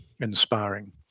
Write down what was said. inspiring